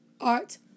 art